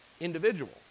individual